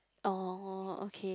oh okay